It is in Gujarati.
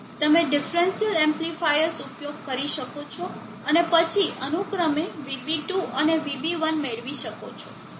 તમે ડિફરન્સીઅલ એમ્પ્લીફાયર્સ ઉપયોગ કરી શકો છો અને પછી અનુક્રમે VB2 અને VB1 મેળવી શકો છો